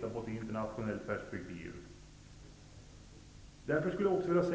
den i ett internationellt perspektiv, har så goda utvecklingsmöjligheter och sådan livskraft.